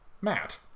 Matt